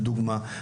לדוגמה.